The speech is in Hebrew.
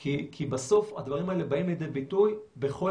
כי בסוף הדברים האלה באים לידי ביטוי בכל